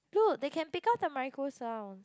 look they can pick up the micro sounds